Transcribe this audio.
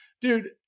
dude